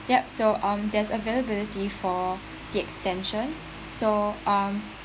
ya so um there's availability for the extension so um